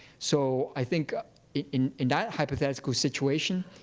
so i think ah in in that hypothetical situation,